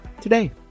today